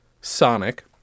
Sonic